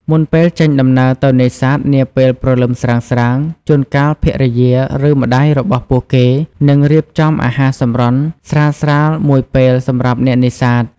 មុនពេលចេញដំណើរទៅនេសាទនាពេលព្រលឹមស្រាងៗ ជួនកាលភរិយា ឬម្តាយរបស់ពួកគេនឹងរៀបចំអាហារសម្រន់ស្រាលៗមួយពេលសម្រាប់អ្នកនេសាទ។